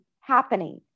happening